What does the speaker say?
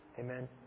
Amen